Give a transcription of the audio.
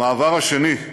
המעבר השני,